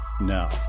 Now